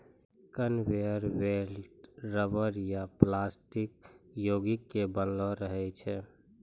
conveyor belt rubber या plastic योगिक के बनलो रहै छै